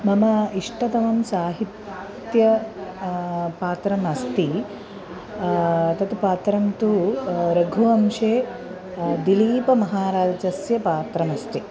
मम इष्टतमं साहित्य पात्रमस्ति तत् पात्रं तु रघुवंशे दिलीपमहाराजस्य पात्रमस्ति